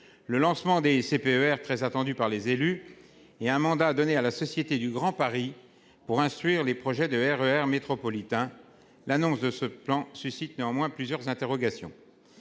Le lancement des CPER très attendu par les élus et un mandat donné à la Société du Grand Paris pour instruire les projets de RER métropolitains. L'annonce de ce plan suscite néanmoins plusieurs interrogations.